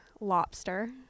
lobster